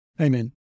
Amen